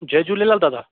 जय झूलेलाल दादा